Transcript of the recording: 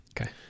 okay